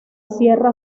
sierra